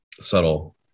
subtle